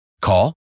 Call